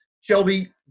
Shelby